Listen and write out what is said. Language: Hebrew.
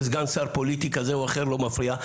סגן שר פוליטי כזה או אחר לא מפריע.